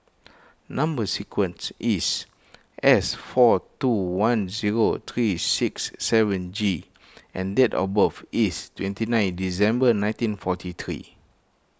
Number Sequence is S four two one zero three six seven G and date of birth is twenty nine December nineteen forty three